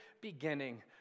beginning